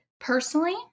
Personally